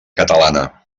catalana